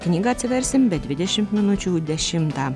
knygą atsiversim be dvidešimt minučių dešimtą